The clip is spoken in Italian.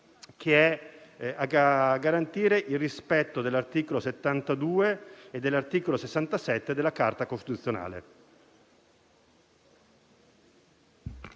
- a garantire il rispetto dell'articolo 72 e dell'articolo 67 della Carta costituzionale.